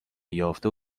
یافته